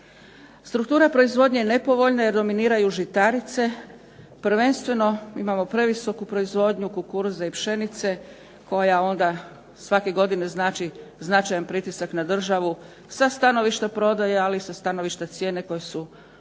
Struktura proizvodnje je nepovoljna jer dominiraju žitarice, prvenstveno imamo previsoku proizvodnju kukuruza i pšenice koja onda svake godine znači značajan pritisak na državu sa stanovišta prodaje, ali i sa stanovišta cijene koje su previsoke